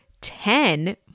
ten